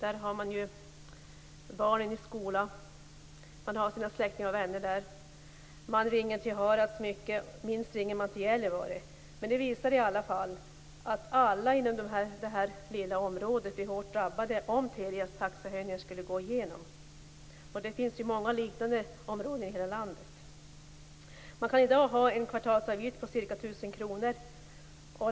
Där går barnen i skolan, och man har sina släktingar och vänner där. Man ringer mycket till Harads. Minst ringer man till Gällivare. Det visar i alla fall att alla inom det här lilla området blir hårt drabbade om Telias taxehöjningar skulle gå igenom, och det finns ju många liknande områden i hela landet. Man kan i dag ha en kvartalsavgift på ca 1 000 kr.